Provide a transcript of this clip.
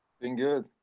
doing good.